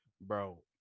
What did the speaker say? bro